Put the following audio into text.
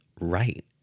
Right